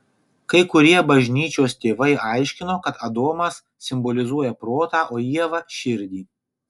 kai kurie bažnyčios tėvai aiškino kad adomas simbolizuoja protą o ieva širdį